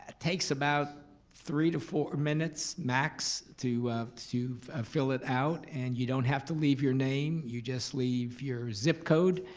takes about three to four minutes, max to to ah fill it out, and you don't have to leave your name. you just leave your zip code,